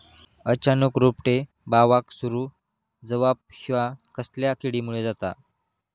अचानक रोपटे बावाक सुरू जवाप हया कसल्या किडीमुळे जाता?